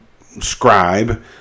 Scribe